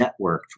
networked